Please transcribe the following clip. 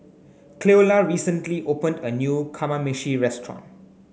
Cleola recently opened a new Kamameshi restaurant